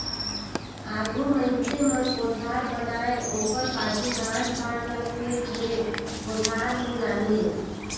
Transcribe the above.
आघु मइनसे मन कोठार बनाए ओकर पाछू धान पान ल खेत ले कोठार मे लाने